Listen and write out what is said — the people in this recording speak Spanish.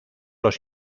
los